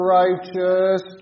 righteous